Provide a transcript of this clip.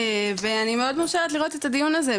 ואני מאוד מאושרת לראות את הדיון הזה,